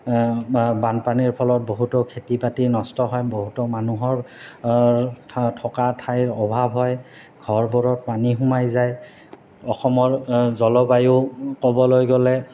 বানপানীৰ ফলত বহুতো খেতি বাতি নষ্ট হয় বহুতো মানুহৰ থকা ঠাইৰ অভাৱ হয় ঘৰবোৰত পানী সোমাই যায় অসমৰ জলবায়ু ক'বলৈ গ'লে